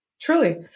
Truly